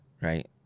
right